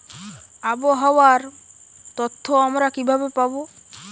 আবহাওয়ার তথ্য আমরা কিভাবে পাব?